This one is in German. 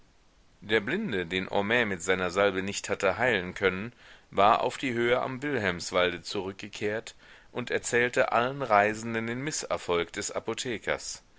der blinde den homais mit seiner salbe nicht hatte heilen können war auf die höhe am wilhelmswalde zurückgekehrt und erzählte allen reisenden den mißerfolg des apothekers